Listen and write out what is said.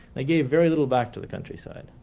they gave very little back to the countryside,